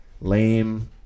lame